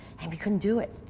and we couldn't do it.